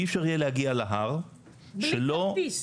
אי-אפשר יהיה להגיע להר -- בלי כרטיס.